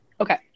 okay